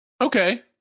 Okay